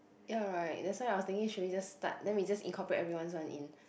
ya right that's why I was thinking should we just start then we just incorporate everyone's one in